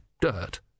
dirt